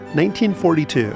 1942